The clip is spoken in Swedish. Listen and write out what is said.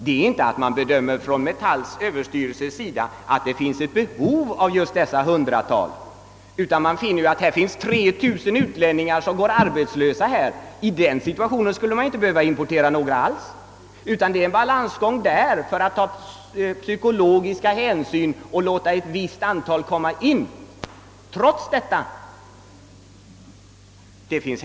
Det är inte så att Metalls överstyrelse bedömer att det finns ett behov av just dessa hundratal. Det finns ju redan 3000 utlänningar som går arbetslösa här. I den situationen skulle man i och för sig inte behöva importera några alls. Men man anser att det ur psykologisk synpunkt kan vara lämpligt att låta ett visst antal komma in trots nuvarande läge.